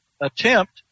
attempt